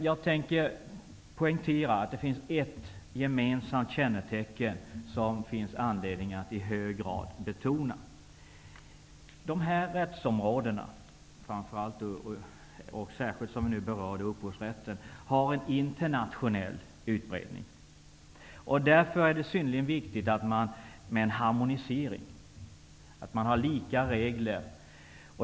Jag tänker poängtera att det finns ett gemensamt kännetecken som det finns anledning att i hög grad betona. De här rättsområdena, särskilt upphovsrätten, som vi har berört, har en internationell utbredning. Därför är det synnerligen viktigt med en harmonisering, att man har lika regler.